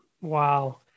Wow